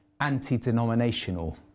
anti-denominational